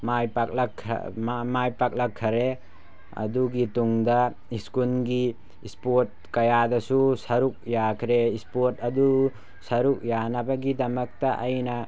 ꯃꯥꯏ ꯄꯥꯛꯂꯛꯈꯔꯦ ꯑꯗꯨꯒꯤ ꯇꯨꯡꯗ ꯁ꯭ꯀꯨꯜꯒꯤ ꯏꯁꯄꯣꯔꯠ ꯀꯌꯥꯗꯁꯨ ꯁꯔꯨꯛ ꯌꯥꯈ꯭ꯔꯦ ꯏꯁꯄꯣꯔꯠ ꯑꯗꯨ ꯁꯔꯨꯛ ꯌꯥꯅꯕꯒꯤꯗꯃꯛꯇ ꯑꯩꯅ